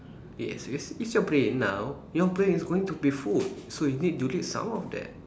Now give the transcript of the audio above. yes it's it's your brain now your brain is going to be full so you need delete some of that